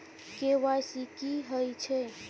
KYC की हय छै?